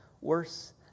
worse